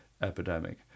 epidemic